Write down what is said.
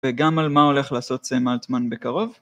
וגם על מה הולך לעשות סאם אלטמן בקרוב.